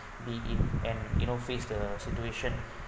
be in and you know face the situation